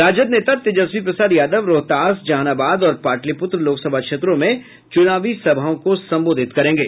राजद नेता तेजस्वी प्रसाद यादव रोहतास जहानाबाद और पाटलिपुत्र लोकसभा क्षेत्रों में चुनावी सभाओं को संबोधित करेंगे